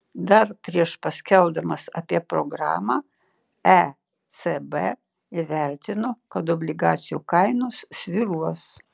dar prieš paskelbdamas apie programą ecb įvertino kad obligacijų kainos svyruos